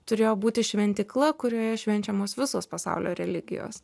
turėjo būti šventykla kurioje švenčiamos visos pasaulio religijos